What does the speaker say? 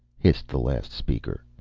hissed the last speaker.